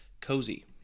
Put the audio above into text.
Cozy